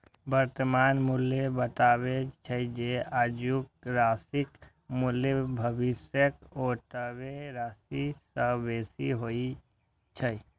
वर्तमान मूल्य बतबै छै, जे आजुक राशिक मूल्य भविष्यक ओतबे राशि सं बेसी होइ छै